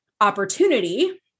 opportunity